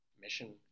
Mission